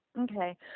okay